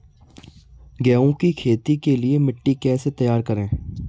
गेहूँ की खेती के लिए मिट्टी कैसे तैयार करें?